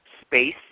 space